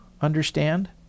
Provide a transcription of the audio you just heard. understand